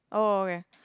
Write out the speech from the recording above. oh okay